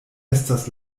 estas